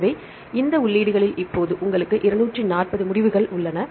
எனவே இந்த உள்ளீடுகளில் இப்போது உங்களுக்கு 240 முடிவுகள் உள்ளன